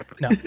no